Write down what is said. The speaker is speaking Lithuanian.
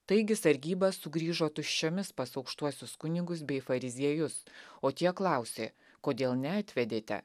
taigi sargyba sugrįžo tuščiomis pas aukštuosius kunigus bei fariziejus o tie klausė kodėl neatvedėte